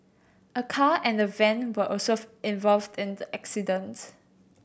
a car and a van were also involved in the accident